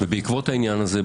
ובעקבות העניין הזה,